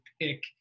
pick